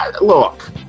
Look